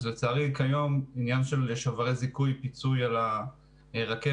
אז לצערי כיום עניין של שוברי זיכוי פיצוי על הרכבת,